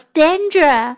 danger